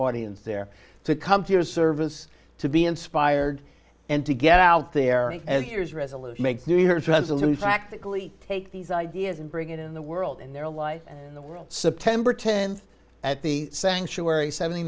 audience there to come to your service to be inspired and to get out there as a year's resolution make new year's resolution tactically take these ideas and bring it in the world in their life in the world september tenth at the sanctuary seventy